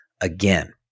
again